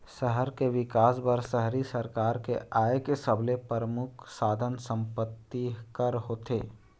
सहर के बिकास बर शहरी सरकार के आय के सबले परमुख साधन संपत्ति कर होथे